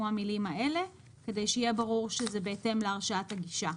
המילים האלה כדי שיהיה ברור שזה בהתאם להרשאת הגישה.